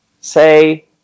say